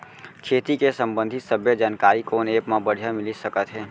खेती के संबंधित सब्बे जानकारी कोन एप मा बढ़िया मिलिस सकत हे?